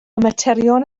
materion